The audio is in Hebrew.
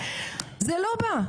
זה לא בא,